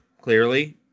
clearly